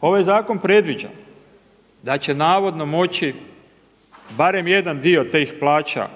Ovaj zakon predviđa da će navodno moći barem jedan dio tih plaća